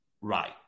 right